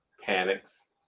panics